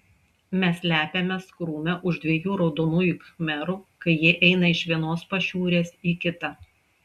mes slepiamės krūme už dviejų raudonųjų khmerų kai jie eina iš vienos pašiūrės į kitą